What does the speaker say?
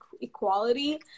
equality